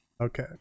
Okay